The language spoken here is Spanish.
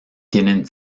tienen